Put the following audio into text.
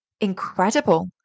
incredible